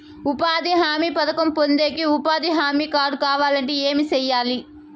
ఉపాధి హామీ పథకం పొందేకి ఉపాధి హామీ కార్డు కావాలంటే ఏమి సెయ్యాలి?